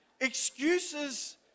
Excuses